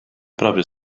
proprio